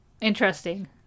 interesting